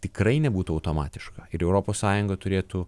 tikrai nebūtų automatiška ir europos sąjunga turėtų